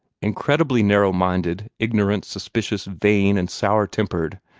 incredibly narrow-minded, ignorant, suspicious, vain, and sour-tempered,